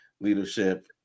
leadership